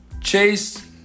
Chase